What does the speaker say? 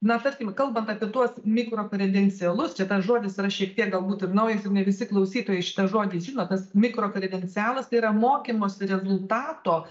na tarkim kalbant apie tuos mikro kredencialus čia tas žodis yra šiek tiek galbūt ir naujas ir ne visi klausytojai šitą žodį žino tas mikro kredencialas tai yra mokymosi rezultato